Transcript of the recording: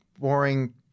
boring